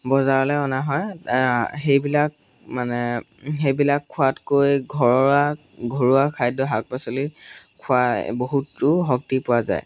বজাৰলৈ অনা হয় সেইবিলাক মানে সেইবিলাক খোৱাতকৈ ঘৰ ঘৰুৱা খাদ্য শাক পাচলি খোৱা বহুতো শক্তি পোৱা যায়